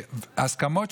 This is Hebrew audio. הסכמות,